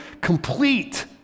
complete